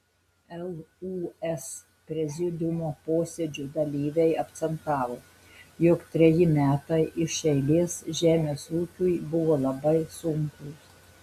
lūs prezidiumo posėdžio dalyviai akcentavo jog treji metai iš eilės žemės ūkiui buvo labai sunkūs